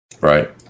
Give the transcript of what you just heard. Right